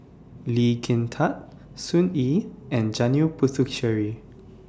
Lee Kin Tat Sun Yee and Janil Puthucheary